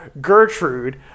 gertrude